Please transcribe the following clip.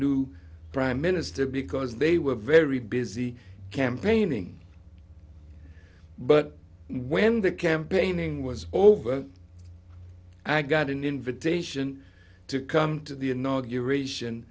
new prime minister because they were very busy campaigning but when the campaigning was over i got an invitation to come to the inauguration